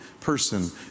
person